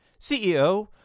CEO